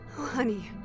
honey